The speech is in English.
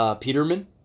Peterman